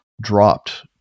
dropped